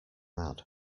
mad